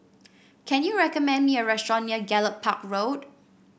can you recommend me a restaurant near Gallop Park Road